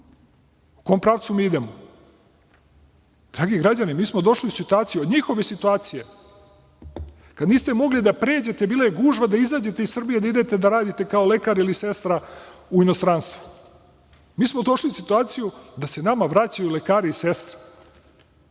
U kom pravcu mi idemo? Dragi građani, mi smo došli u situaciju, od njihove situacije kada niste mogli da pređete, bila je gužva, da izađete iz Srbije da idete da radite kao lekar ili kao sestra u inostranstvu, mi smo došli u situaciju da se nama vraćaju lekari i sestre,